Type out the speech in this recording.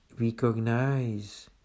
recognize